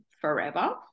forever